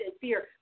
fear